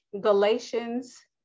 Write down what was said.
Galatians